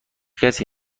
کسی